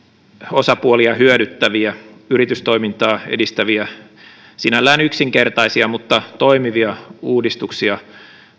osapuolia hyödyttäviä yritystoimintaa edistäviä sinällään yksinkertaisia mutta toimivia uudistuksia